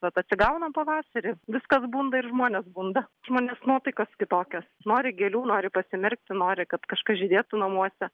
bet atsigaunam pavasaris viskas bunda ir žmonės bunda žmonės nuotaikos kitokios nori gėlių nori pasmerkti nori kad kažkas žydėtų namuose